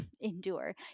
endure